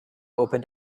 opened